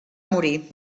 morir